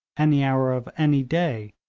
any hour of any day,